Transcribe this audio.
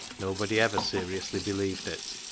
nobody ever seriously believed it.